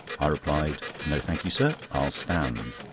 i replied no, thank you, sir i'll stand.